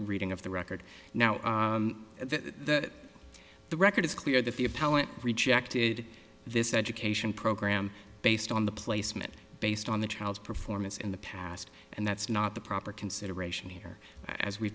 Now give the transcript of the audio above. reading of the record now that the record is clear that the appellant rejected this education program based on the placement based on the child's performance in the past and that's not the proper consideration here as we